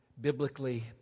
biblically